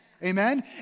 Amen